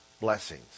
blessings